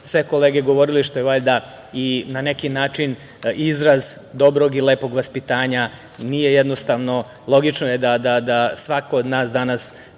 sve kolege govorile, što je valjda i na neki način izraz dobrog i lepog vaspitanja. Nije jednostavno, logično je da svako od nas danas